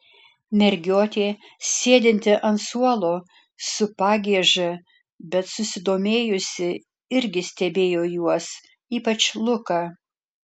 mergiotė sėdinti ant suolo su pagieža bet susidomėjusi irgi stebėjo juos ypač luką